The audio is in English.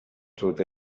truth